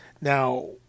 now